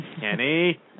Kenny